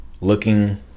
looking